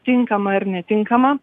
tinkama ar netinkama